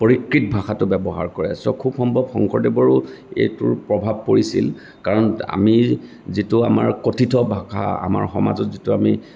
পৰিকৃত ভাষাটো ব্যৱহাৰ কৰে চ' খুব সম্ভৱ শংকৰদেৱৰ এইটোৰ প্ৰভাৱ পৰিছিল কাৰণ আমি যিটো আমাৰ কথিত ভাষা আমাৰ সমাজত যিটো আমি